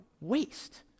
waste